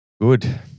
Good